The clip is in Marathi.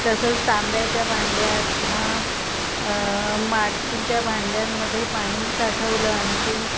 तसंच तांब्याच्या भांड्यात किंवा मातीच्या भांड्यांमध्ये पाणी साठवलं आणखी